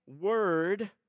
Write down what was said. word